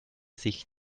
sich